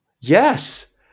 Yes